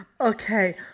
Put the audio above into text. Okay